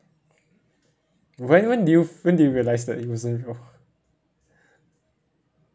when when did you when did you realise that it wasn't real